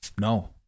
no